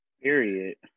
Period